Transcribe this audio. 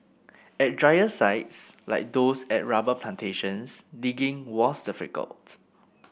at drier sites like those at rubber plantations digging was difficult